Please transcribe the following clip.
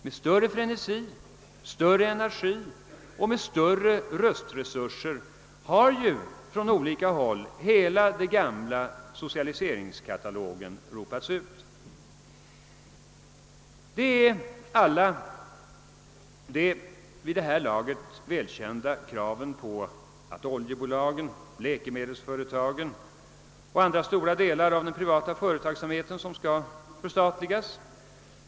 Med större frenesi, större energi och större resurser har från olika håll hela den gamla socialiseringskatalogen ropats ut. Det är alla de vid det här laget välkända kraven på att oljebolagen, läkemedelsföretagen och andra stora delar av den privata företagsamheten skall förstatligas.